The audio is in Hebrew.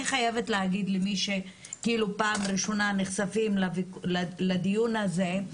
אני חייבת להגיד למי שפעם ראשונה נחשפים לדיון הזה.